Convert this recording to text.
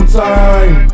time